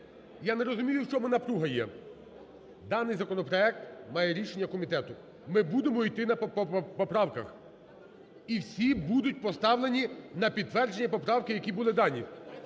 Я не розумію, в чому напруга є. Даний законопроект має рішення комітету. Ми будемо іти по поправках. І всі будуть поставлені на підтвердження поправки, які були дані.